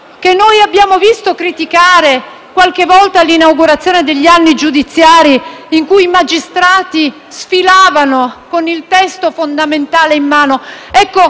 che abbiamo visto criticare, qualche volta, alle inaugurazioni degli anni giudiziari in cui i magistrati sfilavano con il testo fondamentale in mano. Ecco,